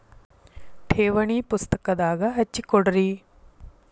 ಠೇವಣಿ ಪುಸ್ತಕದಾಗ ಹಚ್ಚಿ ಕೊಡ್ರಿ